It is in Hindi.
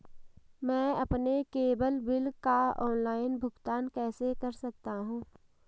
मैं अपने केबल बिल का ऑनलाइन भुगतान कैसे कर सकता हूं?